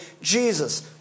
Jesus